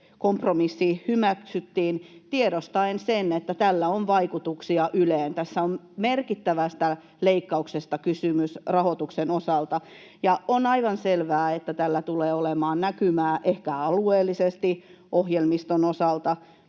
kompromissi hyväksyttiin, tiedostaen se, että tällä on vaikutuksia Yleen. Tässä on merkittävästä leikkauksesta kysymys rahoituksen osalta, ja on aivan selvää, että tällä tulee olemaan näkymää ehkä alueellisesti ohjelmiston osalta,